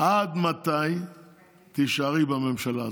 עד מתי תישארי בממשלה הזאת?